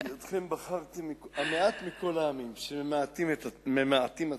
כי אתכם בחרתי, המעט מכל העמים, שממעטים עצמכם.